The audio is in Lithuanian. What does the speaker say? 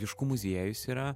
juškų muziejus yra